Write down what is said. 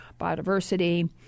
biodiversity